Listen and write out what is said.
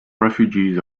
refugees